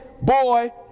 boy